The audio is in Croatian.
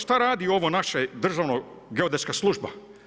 Šta radi ovo naše Državno geodetska služba?